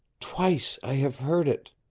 twice i have heard it,